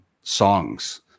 songs